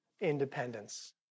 independence